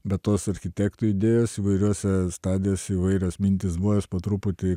bet tos architektų idėjos įvairiose stadijose įvairios mintys buvo jos po truputį